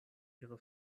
ihre